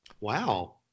Wow